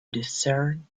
discern